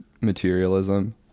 materialism